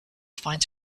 finds